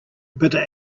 bitter